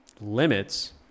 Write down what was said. limits